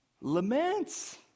laments